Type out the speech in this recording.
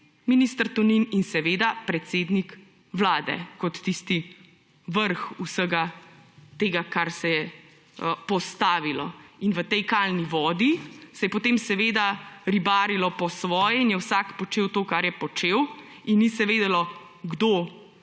minister Tonin in seveda predsednik Vlade kot tisti vrh vsega tega, kar se je postavilo. In v tej kalni vodi se je potem ribarilo po svoje in je vsak počel to, kar je počel, in ni se vedelo, kdo